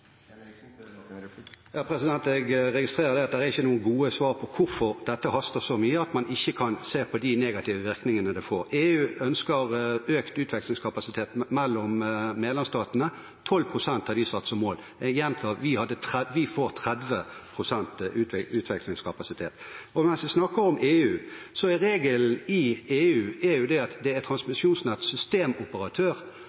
Jeg registrerer at det ikke er noen gode svar på hvorfor dette haster så mye at man ikke kan se på de negative virkningene det får. EU ønsker økt utvekslingskapasitet mellom medlemsstatene – 12 pst. har de satt som mål. Jeg gjentar at vi får 30 pst. utvekslingskapasitet. Og mens vi snakker om EU: Regelen i EU er at det er transmisjonsnettsystemoperatør som skal stå som eier av mellomlandsforbindelsene. Det er